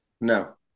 No